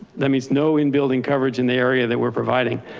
that means no in-building coverage in the area that we're providing.